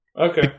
Okay